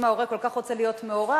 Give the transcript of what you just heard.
אם ההורה כל כך רוצה להיות מעורב,